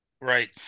Right